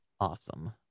awesome